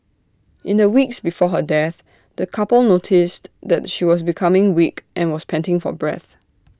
in the weeks before her death the couple noticed that she was becoming weak and was panting for breath